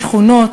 שכונות,